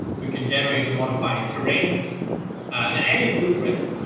we can generate and modify terrains and any blueprint.